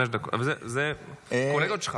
זה כולל את שלך.